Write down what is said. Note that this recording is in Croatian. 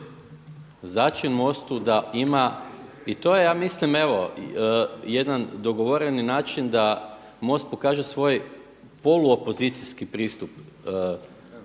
začin MOST-u da ima, i to je ja mislim evo jedan dogovoreni način da MOST pokaže svoj poluopozicijski pristup